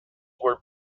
were